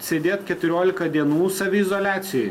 sėdėt keturiolika dienų saviizoliacijoj